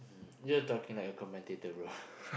you are talking like commentator bro